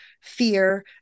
fear